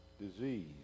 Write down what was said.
disease